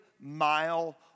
mile